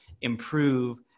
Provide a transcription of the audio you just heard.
improve